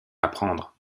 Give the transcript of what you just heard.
apprendre